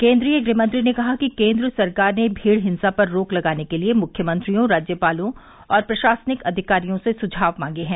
केन्द्रीय गृहमंत्री ने कहा कि केन्द्र सरकार ने भीड़ हिंसा पर रोक लगाने के लिए मुख्यमंत्रियों राज्यपालों और प्रशासनिक अधिकारियों से सुझाव मांगे हैं